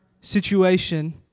situation